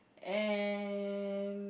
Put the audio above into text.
and